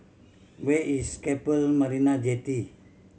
where is Keppel Marina Jetty